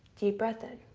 deep breath in.